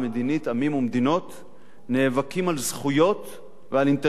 עמים ומדינות נאבקים על זכויות ועל אינטרסים.